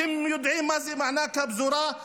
אתם יודעים מה זה מענק הפזורה?